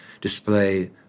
display